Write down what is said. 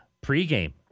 Pre-game